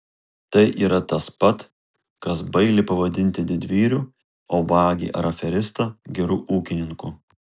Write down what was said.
tai yra tas pat kas bailį pavadinti didvyriu o vagį ar aferistą geru ūkininku